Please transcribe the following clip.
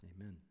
Amen